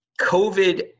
COVID